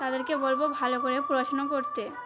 তাদেরকে বলব ভালো করে পড়াশোনা করতে